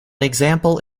example